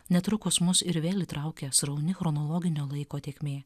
netrukus mus ir vėl įtraukia srauni chronologinio laiko tėkmė